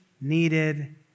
needed